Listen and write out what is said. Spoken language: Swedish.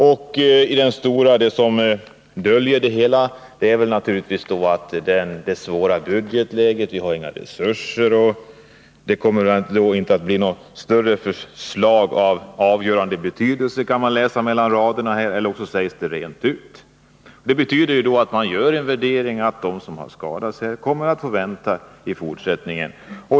Och den stora förevändning man döljer ointresset med är naturligtvis det svåra budgetläget — att det inte finns några resurser. Det kommer inte att bli några förslag av avgörande betydelse — det kan man läsa mellan raderna, eller också sägs det rent ut. Det betyder att man gör den värderingen att de som skadas skall få vänta lika länge i fortsättningen.